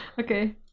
Okay